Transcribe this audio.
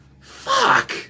fuck